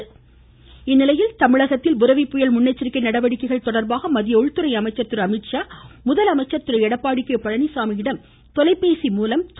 எடப்பாடி அமீத்ஷா தமிழகத்தில் புரெவி புயல் முன்னெச்சரிக்கை நடவடிக்கைகள் தொடர்பாக மத்திய உள்துறை அமைச்சர் திரு அமீத்ஷா முதலமைச்சர் திரு எடப்பாடி கே பழனிச்சாமியிடம் தொலைபேசி மூலம் கேட்டறிந்தார்